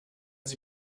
sie